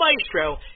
Maestro